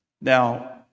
Now